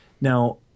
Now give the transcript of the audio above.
Now